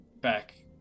back